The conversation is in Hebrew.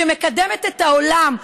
שמקדמת את העולם,